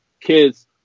kids